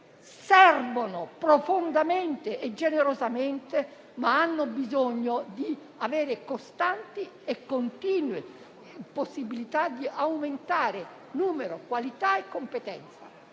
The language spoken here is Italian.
servono profondamente e generosamente, ma hanno bisogno di avere costanti e continue possibilità di aumentare numero, qualità e competenza.